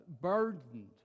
burdened